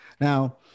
now